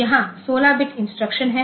यहाँ 16 bit instruction हैं